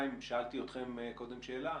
שאלתי אתכם קודם שאלה: